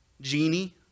Genie